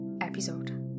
episode